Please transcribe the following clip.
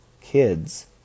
kids